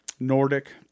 nordic